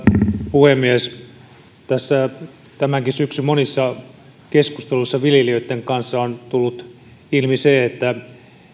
puhemies tämänkin syksyn monissa keskusteluissa viljelijöitten kanssa on tullut ilmi se että